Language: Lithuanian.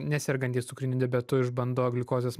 nesergantys cukriniu diabetu išbando gliukozės